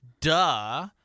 Duh